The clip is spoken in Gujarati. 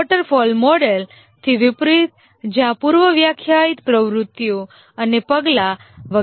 વોટરફોલ મોડેલથી વિપરીત જ્યાં પૂર્વ વ્યાખ્યાયિત પ્રવૃત્તિઓ અને પગલાં અને વગેરે છે